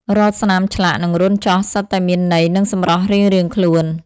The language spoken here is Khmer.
រាល់ស្នាមឆ្លាក់ និងរន្ធចោះសុទ្ធតែមានន័យនិងសម្រស់រៀងៗខ្លួន។